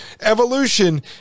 evolution